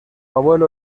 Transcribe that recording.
abuelo